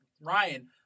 Ryan